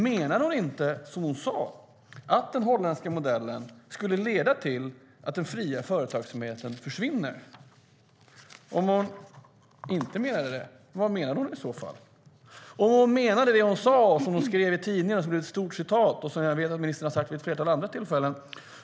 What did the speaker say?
Menar hon inte, som hon sade, att den holländska modellen skulle leda till att den fria företagsamheten försvinner? Om hon inte menade det, vad menade hon i så fall? Menade ministern det som hon sade, som de skrev i tidningen, som blev ett stort citat och som jag vet att hon har sagt vid ett flertal andra tillfällen?